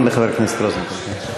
חבר הכנסת מיקי רוזנטל.